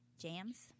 jams